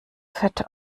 fett